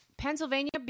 Pennsylvania